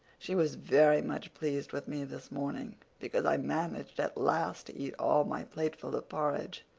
she was very much pleased with me this morning because i managed at last to eat all my plateful of porridge.